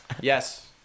Yes